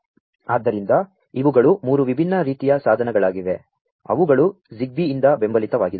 ಆದ್ದರಿಂ ದ ಇವು ಗಳು 3 ವಿಭಿನ್ನ ರೀ ತಿಯ ಸಾ ಧನಗಳಾ ಗಿವೆ ಅವು ಗಳು Zigbeeಯಿಂ ದ ಬೆಂ ಬಲಿತವಾ ಗಿದೆ